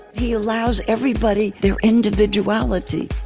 he allows everybody their individuality.